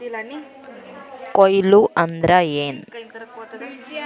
ಕೊಯ್ಲು ಅಂದ್ರ ಏನ್?